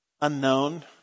unknown